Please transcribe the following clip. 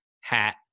hat